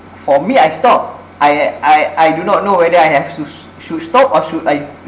for me I stop I I I do not know whether I have should should stop or should I